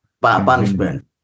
punishment